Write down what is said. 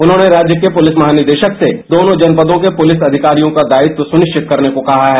उन्होंने राज्य के पुलिस महानिदेशक से दोनों जनपदों के पुलिस अधिकारियों का दायित्व सुनिश्चित करने को कहा है